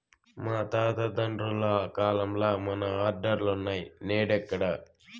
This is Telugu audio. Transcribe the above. మా తాత తండ్రుల కాలంల మన ఆర్డర్లులున్నై, నేడెక్కడ